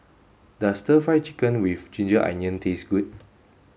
does stir fried chicken with ginger onion taste good